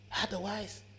Otherwise